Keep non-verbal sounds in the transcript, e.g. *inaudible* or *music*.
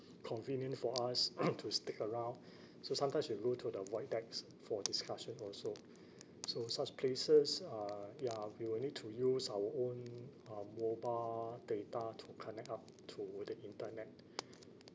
convenient for us *noise* to stick around so sometimes we'll go to the void decks for discussion also so such places uh ya we will need to use our own uh mobile data to connect up to the internet